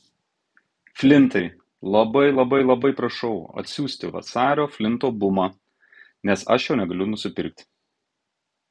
flintai labai labai labai prašau atsiųsti vasario flinto bumą nes aš jo negaliu nusipirkti